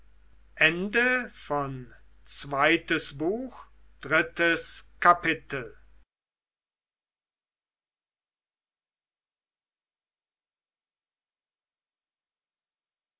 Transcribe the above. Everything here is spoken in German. zweites buch erstes kapitel